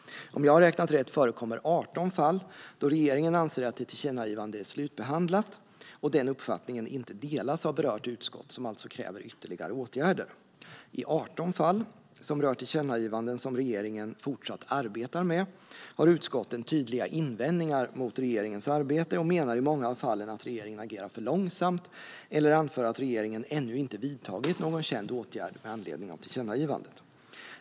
Om jag har räknat rätt förekommer det 18 fall då regeringen anser att ett tillkännagivande är slutbehandlat och den uppfattningen inte delas av berört utskott, som alltså kräver ytterligare åtgärder. I 18 fall, som rör tillkännagivanden som regeringen fortsatt arbetar med, har utskotten tydliga invändningar mot regeringens arbete och menar i många av fallen att regeringen agerar för långsamt eller anför att regeringen ännu inte har vidtagit någon känd åtgärd med anledning av tillkännagivandet.